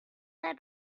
there